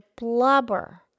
blubber